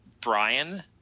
Brian